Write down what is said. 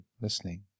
listening